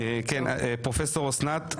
פרופסור אסנת.